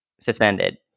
suspended